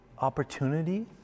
opportunity